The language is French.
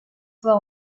fois